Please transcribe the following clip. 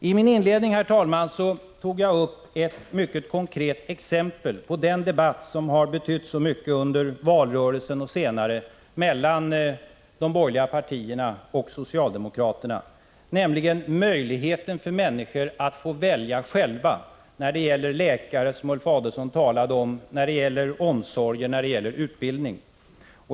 I min inledning, herr talman, tog jag upp ett mycket konkret exempel på den debatt som betytt så mycket under valrörelsen och därefter mellan de borgerliga partierna och socialdemokraterna, nämligen möjligheten för människor att välja själva när det gäller läkare, som Ulf Adelsohn talade om, när det gäller omsorgen, när det gäller utbildning.